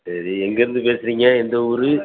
சரி எங்கேயிருந்து பேசுகிறிங்க எந்த ஊர்